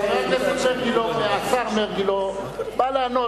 השר מרגי בא לענות,